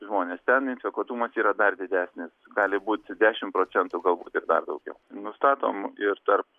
žmonės ten infekuotumas yra dar didesnis gali būti dešimt procentų galbūt ir dar daugiau nustatom ir tarp